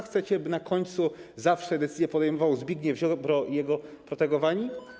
Chcecie, by na końcu zawsze decyzję podejmował Zbigniew Ziobro i jego protegowani?